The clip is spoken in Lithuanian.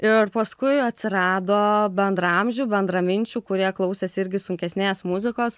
ir paskui atsirado bendraamžių bendraminčių kurie klausėsi irgi sunkesnės muzikos